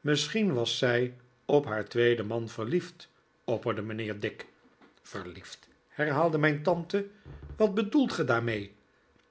misschien was zij op haar tweeden man verliefd opperde mijnheer dick verliefd herhaalde mijn tante wat bedoelt gij daarmee